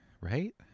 Right